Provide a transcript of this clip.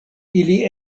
ili